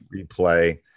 replay